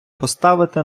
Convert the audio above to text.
поставити